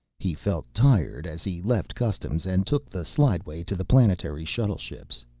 he felt tired as he left customs and took the slideway to the planetary shuttle ships.